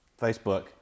Facebook